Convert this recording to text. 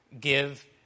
give